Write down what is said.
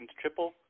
Triple